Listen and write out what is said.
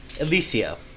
Alicia